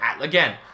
Again